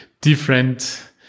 different